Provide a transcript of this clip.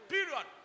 Period